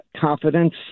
confidence